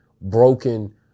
broken